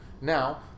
Now